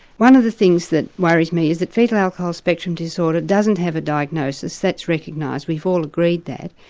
one of the things that worries me is that foetal alcohol spectrum disorder doesn't have a diagnosis, that's recognised, we've all agreed that.